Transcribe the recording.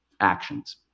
actions